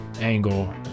angle